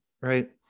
right